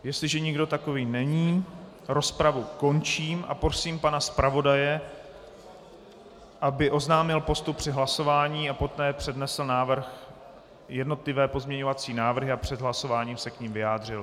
Jestliže nikdo takový není, rozpravu končím a prosím pana zpravodaje, aby oznámil postup při hlasování a poté přednesl jednotlivé pozměňovací návrhy a před hlasováním se k nim vyjádřil.